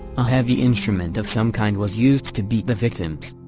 a heavy instrument of some kind was used to beat the victims.